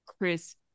Chris